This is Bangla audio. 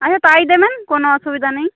আচ্ছা তাই দেবেন কোনো অসুবিধা নেই